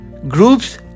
Groups